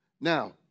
Now